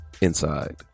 Inside